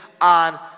on